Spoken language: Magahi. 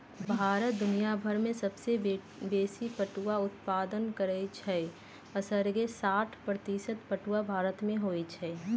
भारत दुनियाभर में सबसे बेशी पटुआ उत्पादन करै छइ असग्रे साठ प्रतिशत पटूआ भारत में होइ छइ